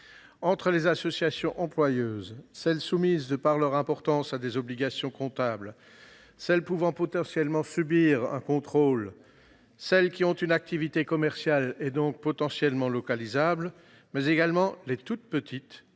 Entre les associations employeuses, celles qui sont soumises du fait de leur importance à des obligations comptables, celles qui peuvent potentiellement subir un contrôle, celles qui ont une activité commerciale et donc potentiellement localisable, mais également les toutes petites